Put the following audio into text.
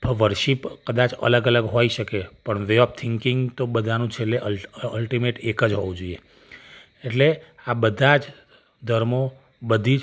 worship કદાચ અલગ અલગ હોઈ શકે પણ વે ઑફ થિંકિંગ તો બધાનું છેલ્લે અલ્ટ અલ્ટિમેટ એક જ હોવું જોઈએ એટલે આ બધાં જ ધર્મો બધી જ